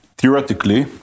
Theoretically